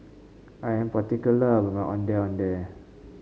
I am particular about my Ondeh Ondeh